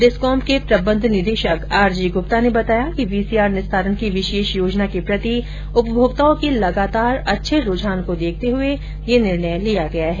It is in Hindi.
डिस्कॉम के प्रबन्ध निदेशक आरजीगृप्ता ने बताया कि वीसीआर निस्तारण की विशेष योजना के प्रति उपभोक्ताओं के लगातार अच्छे रुझान को देखते हुए यह निर्णय लिया गया है